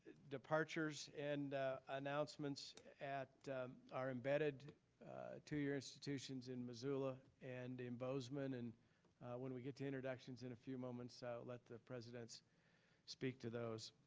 departures and announcements at our embedded two-year institutions in missoula and in bozeman, and when we get to introductions in a few moments, i'll so let the presidents speak to those.